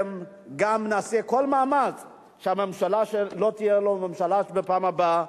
נעשה כל מאמץ שלא תהיה לו ממשלה בפעם הבאה,